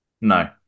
No